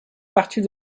partie